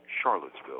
Charlottesville